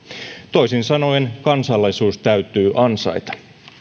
toisin sanoen kansalaisuus täytyy ansaita